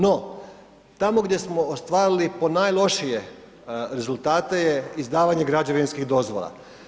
No, tamo gdje smo ostvarili po najlošije rezultate je izdavanje građevinskih dozvola.